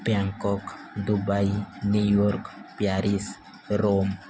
Bangkok Dubai New York Paris Rome